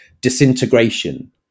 disintegration